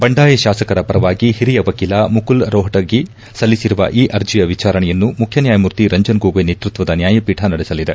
ಬಂಡಾಯ ಶಾಸಕರ ಪರವಾಗಿ ಹಿರಿಯ ವಕೀಲ ಮುಕುಲ್ ರೋಹ್ಲಗಿ ಸಲ್ತಿಸಿರುವ ಈ ಅರ್ಜಿಯ ವಿಚಾರಣೆಯನ್ನು ಮುಖ್ಯ ನ್ಯಾಯಮೂರ್ತಿ ರಂಜನ್ ಗೊಗೋಯ್ ನೇತೃತ್ವದ ನ್ಯಾಯಪೀಠ ನಡೆಸಲಿದೆ